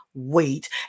wait